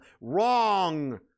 Wrong